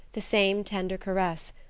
the same tender caress,